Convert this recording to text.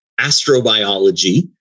astrobiology